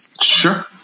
Sure